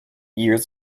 years